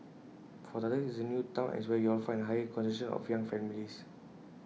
for starters IT is A new Town and it's where you'll find A higher concentration of young families